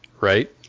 right